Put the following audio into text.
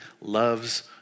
loves